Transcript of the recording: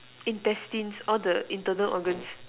intestines all the internal organs